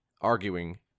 arguing